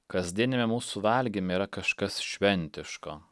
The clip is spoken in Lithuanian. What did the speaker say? kasdieniame mūsų valgyme yra kažkas šventiško